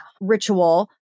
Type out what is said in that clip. ritual